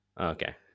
Okay